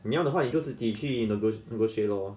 你要的话你可以自己去 nego~ negotiate lor